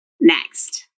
Next